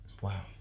wow